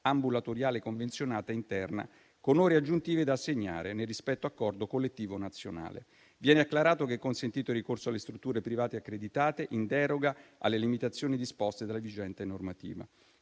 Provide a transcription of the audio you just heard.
ambulatoriale convenzionata interna con ore aggiuntive da assegnare nel rispetto dell'accordo collettivo nazionale. Viene acclarato che è consentito il ricorso alle strutture private accreditate in deroga alle limitazioni disposte dalla vigente normativa.